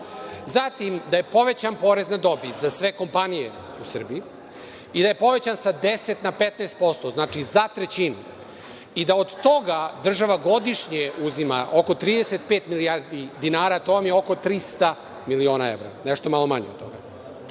Zatim, da je povećan porez na dobit za sve kompanije u Srbiji i da je povećan sa 10 na 15%, znači za trećinu. I da od toga država godišnje, uzima oko 35 milijardi dinara, to vam je oko 300 miliona evra, nešto malo manje od